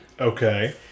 Okay